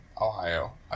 Ohio